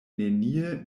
nenie